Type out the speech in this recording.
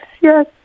yes